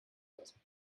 lassen